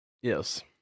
Yes